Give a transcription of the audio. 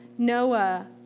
Noah